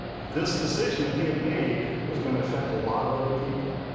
this decision that he had made was going to affect a lot of other people.